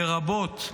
לרבות,